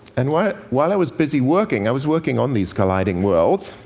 and while while i was busy working i was working on these colliding worlds,